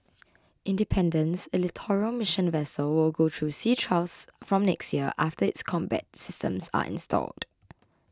independence a littoral mission vessel will go through sea trials from next year after its combat systems are installed